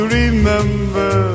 remember